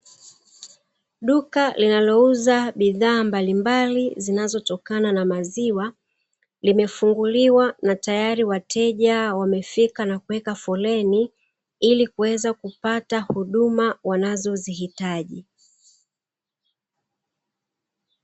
Duka linalouza bidhaa mbalimbali zinazotokana na maziwa limefunguliwa na tayari wateja wamefika na kuweka foleni ili kuweza kupata huduma wanazozihitaji.